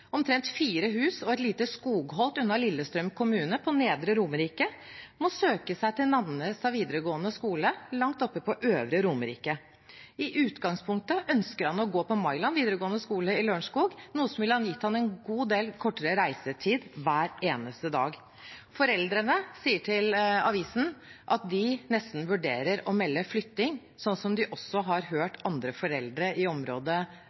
omtrent fire hus og et lite skogholt unna Lillestrøm kommune på Nedre Romerike, må søke seg til Nannestad videregående skole langt oppe på Øvre Romerike. I utgangspunktet ønsker han å gå på Mailand videregående skole i Lørenskog, noe som ville gitt ham en god del kortere reisetid hver eneste dag. Foreldrene sier til avisen at de nesten vurderer å melde flytting, slik de også har hørt andre foreldre i området